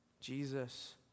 Jesus